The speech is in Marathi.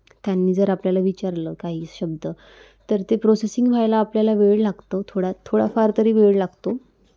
त्यांनी जर आपल्याला विचारलं काही शब्द तर ते प्रोसेसिंग व्हायला आपल्याला वेळ लागतो थोडा थोडाफार तरी वेळ लागतो